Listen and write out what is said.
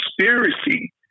conspiracy